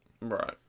right